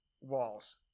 walls